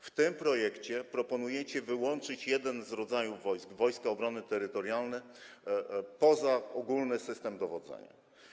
W tym projekcie proponujecie wyłączyć jeden z rodzajów wojsk, Wojska Obrony Terytorialnej, poza ogólny system dowodzenia.